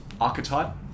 archetype